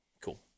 Cool